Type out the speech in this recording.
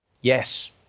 Yes